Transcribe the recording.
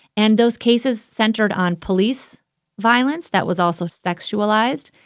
and those cases centered on police violence that was also sexualized,